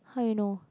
how you know